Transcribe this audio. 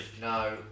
No